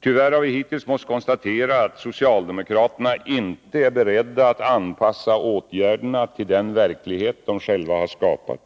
Tyvärr har vi hittills måst konstatera att socialdemokraterna inte är beredda att anpassa åtgärderna till den verklighet de själva har skapat.